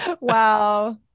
Wow